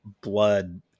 blood